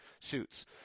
suits